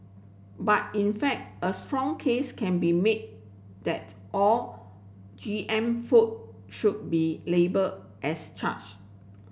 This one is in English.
but in fact a strong case can be made that all G M food should be labelled as